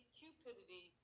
cupidity